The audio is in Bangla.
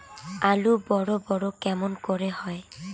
আলু বড় বড় কেমন করে হয়?